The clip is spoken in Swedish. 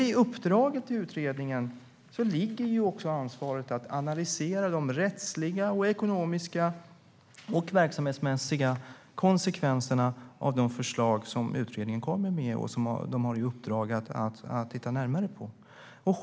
I uppdraget till utredningen ligger också ansvaret att analysera de rättsliga, ekonomiska och verksamhetsmässiga konsekvenserna av de förslag som utredningen kommer med och som de har i uppdrag att titta närmare på.